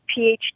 PhD